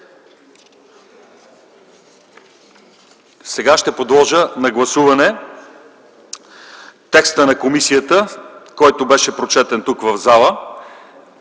Сега подлагам на гласуване текста на комисията, който беше прочетен тук в залата,